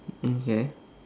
okay